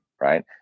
right